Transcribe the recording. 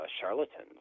charlatans